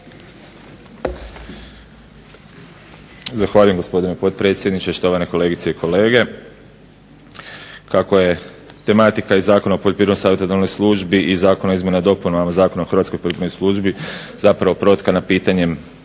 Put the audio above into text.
Zahvaljujem, gospodine potpredsjedniče. Štovane kolegice i kolege. Kako je tematika i Zakona o Poljoprivrednoj savjetodavnoj službi i Zakona o izmjenama i dopunama Zakona o Hrvatskoj poljoprivrednoj službi zapravo protkana pitanjem